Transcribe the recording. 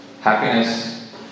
happiness